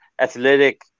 athletic